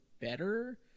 better